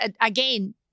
again